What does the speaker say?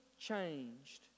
changed